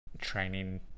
training